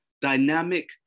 dynamic